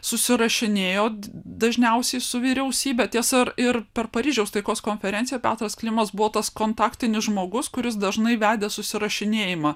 susirašinėjo dažniausiai su vyriausybe tiesa ir per paryžiaus taikos konferenciją petras klimas buvo tas kontaktinis žmogus kuris dažnai vedė susirašinėjimą